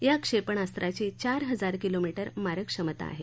या क्षेपणास्त्राची चार हजार किलोमीटर मारक क्षमता आहे